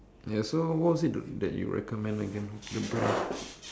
ya so what was it that you recommend again the brand